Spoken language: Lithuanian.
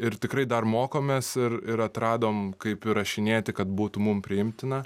ir tikrai dar mokomės ir ir atradom kaip įrašinėti kad būtų mum priimtina